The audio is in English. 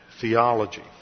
theology